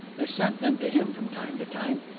they sent them to him from time to time.